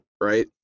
right